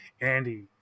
andy